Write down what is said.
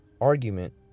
Argument